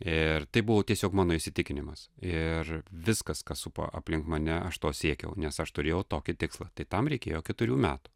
ir tai buvo tiesiog mano įsitikinimas ir viskas kas supa aplink mane aš to siekiau nes aš turėjau tokį tikslą tai tam reikėjo keturių metų